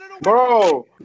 Bro